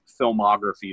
filmography